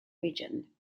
region